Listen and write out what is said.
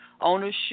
Ownership